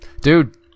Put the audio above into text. Dude